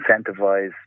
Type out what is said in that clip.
incentivize